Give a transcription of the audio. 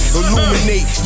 illuminate